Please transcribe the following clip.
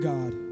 God